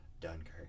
Dunkirk